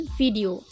video